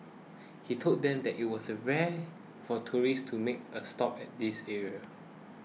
he told them that it was rare for tourists to make a stop at this area